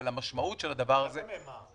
אבל המשמעות של הדבר --- על זה נאמר.